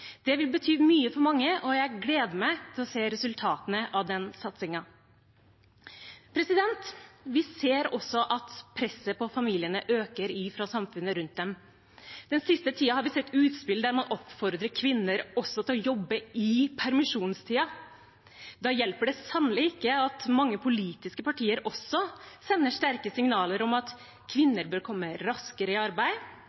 Det vil bety mye for mange, og jeg gleder meg til å se resultatene av den satsingen. Vi ser også at presset på familiene øker fra samfunnet rundt dem. Den siste tiden har vi sett utspill der man oppfordrer kvinner til også å jobbe i permisjonstiden. Da hjelper det sannelig ikke at mange politiske partier også sender sterke signaler om at